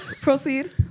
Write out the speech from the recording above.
proceed